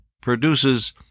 produces